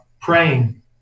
praying